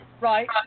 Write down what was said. right